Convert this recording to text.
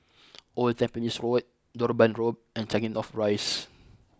old Tampines Road Durban Road and Changi North Rise